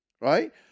right